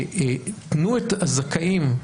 תנו את הזכאים,